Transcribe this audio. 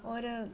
होर